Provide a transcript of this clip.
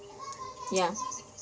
ya